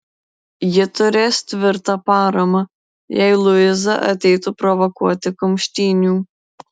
ji turės tvirtą paramą jei luiza ateitų provokuoti kumštynių